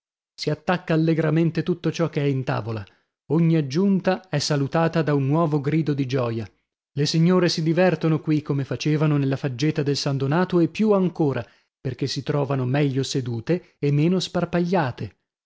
si attacca allegramente tutto ciò che è in tavola ogni aggiunta è salutata da un nuovo grido di gioia le signore si divertono qui come facevano nella faggeta del san donato e più ancora perchè si trovano meglio sedute e meno sparpagliate